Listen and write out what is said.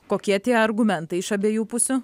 kokie tie argumentai iš abiejų pusių